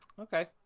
Okay